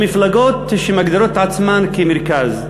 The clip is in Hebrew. ומפלגות שמגדירות את עצמן כמרכז.